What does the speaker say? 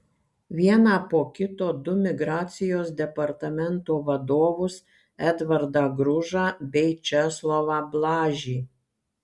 vieną po kito du migracijos departamento vadovus edvardą gružą bei česlovą blažį